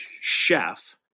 chef